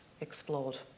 explored